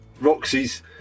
Roxy's